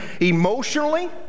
emotionally